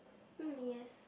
mm yes